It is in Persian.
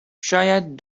شاید